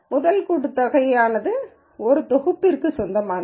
முதல் கூட்டுத்தொகை ஆனது ஒரு தொகுப்பிற்கு சொந்தமானது